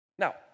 Now